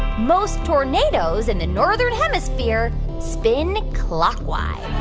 most tornadoes in the northern hemisphere spin clockwise?